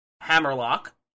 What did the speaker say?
Hammerlock